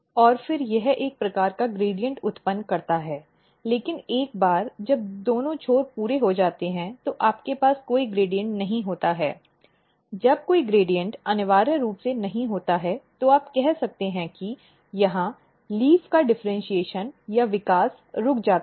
और फिर यह एक प्रकार का ग्रेडिएंट उत्पन्न करता है लेकिन एक बार जब दोनों छोर पूरे हो जाते हैं तो आपके पास कोई ग्रेडिएंट नहीं होता है जब कोई ग्रेडिएंट अनिवार्य रूप से नहीं होता है तो आप कह सकते हैं कि यहां पत्ती का डिफ़र्इन्शीएशन या विकास रुक जाता है